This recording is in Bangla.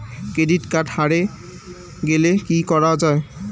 ক্রেডিট কার্ড হারে গেলে কি করা য়ায়?